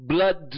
Blood